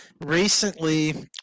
Recently